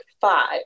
five